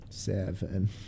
Seven